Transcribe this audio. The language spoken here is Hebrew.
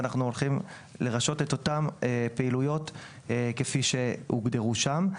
אנחנו הולכים לרשות את אותן הפעילויות כפי שהוגדרו שם.